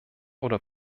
oder